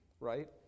right